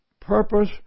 purpose